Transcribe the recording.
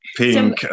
pink